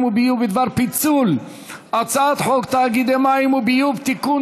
וביוב בדבר פיצול הצעת חוק תאגידי מים וביוב (תיקון,